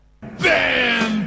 Bam